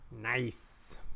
Nice